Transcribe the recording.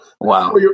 Wow